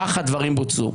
כך הדברים בוצעו.